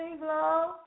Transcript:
love